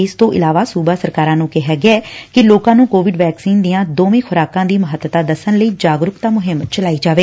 ਇਸ ਤੋਂ ਇਲਾਵਾ ਸੂਬਾ ਸਰਕਾਰਾ ਨੂੰ ਕਿਹਾ ਗਿਐ ਕਿ ਲੋਕਾ ਨੂੰ ਕੋਵਿਡ ਵੈਕਸੀਨ ਦੀਆਂ ਦੋਵੇ ਖੁਰਾਕਾ ਦੀ ਮਹੱਤਤਾ ਦੱਸਣ ਲਈ ਜਾਗਰੁਕ ਮੁਹਿੰਮ ਚਲਾਈ ਜਾਵੇ